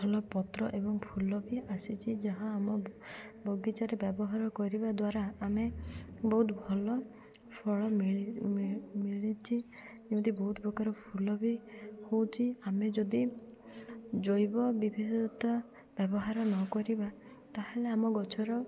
ଭଲ ପତ୍ର ଏବଂ ଫୁଲ ବି ଆସିଛି ଯାହା ଆମ ବଗିଚାରେ ବ୍ୟବହାର କରିବା ଦ୍ୱାରା ଆମେ ବହୁତ ଭଲ ଫଳ ମିଳି ମିଳିଛି ଏମିତି ବହୁତ ପ୍ରକାର ଫୁଲ ବି ହେଉଛି ଆମେ ଯଦି ଜୈବ ବିବିଧତା ବ୍ୟବହାର ନ କରିବା ତାହେଲେ ଆମ ଗଛର